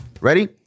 Ready